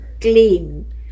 clean